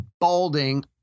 balding